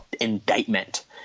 indictment